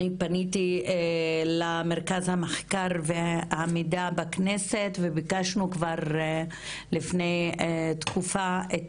אני פניתי למרכז המחקר והמידע בכנסת וביקשתי כבר לפני תקופה את